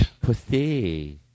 Pussy